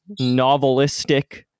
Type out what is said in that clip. novelistic